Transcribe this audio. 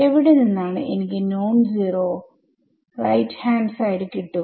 എവിടെ നിന്നാണ് എനിക്ക് നോൺ സീറോ RHS കിട്ടുക